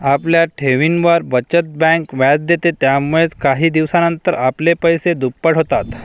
आपल्या ठेवींवर, बचत बँक व्याज देते, यामुळेच काही दिवसानंतर आपले पैसे दुप्पट होतात